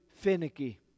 finicky